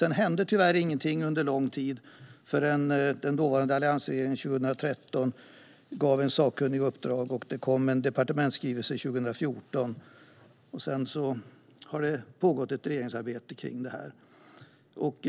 Sedan hände tyvärr ingenting under lång tid, förrän den dåvarande alliansregeringen 2013 gav en sakkunnig uppdrag. Det kom en departementsskrivelse 2014. Därefter har det pågått ett regeringsarbete kring det här.